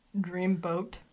Dreamboat